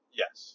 yes